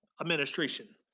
administration